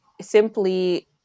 simply